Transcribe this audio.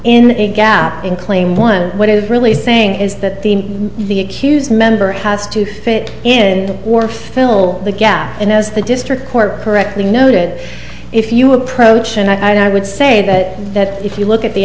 in a gap in claim one what is really saying is that the the accused member has to fit in or fill the gap in as the district court correctly noted if you approach and i would say that if you look at the